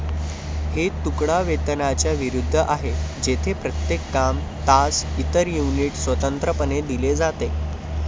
हे तुकडा वेतनाच्या विरुद्ध आहे, जेथे प्रत्येक काम, तास, इतर युनिट स्वतंत्रपणे दिले जाते